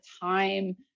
time